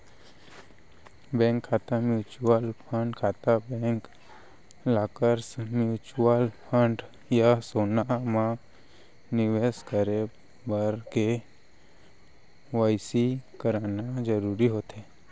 bank खाता, mutual fund खाता, bank lockers, mutual fund या सोना म निवेस करे बर के.वाई.सी कराना जरूरी होथे